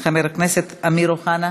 חבר הכנסת אמיר אוחנה,